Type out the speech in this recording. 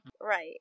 Right